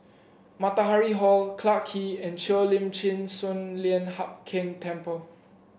Matahari Hall Clarke Quay and Cheo Lim Chin Sun Lian Hup Keng Temple